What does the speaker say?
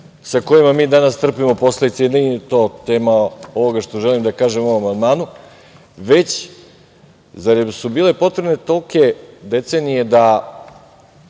sa kojima mi danas trpimo posledice i nije to tema ovoga što želim da kažem o ovom amandmanu, već zar su bile potrebne tolike decenije, da